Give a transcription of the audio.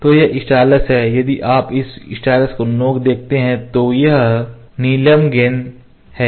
तो यह स्टाइलस है यदि आप इस स्टाइलस की नोक देखते हैं तो यह नीलम गेंद है